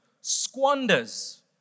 squanders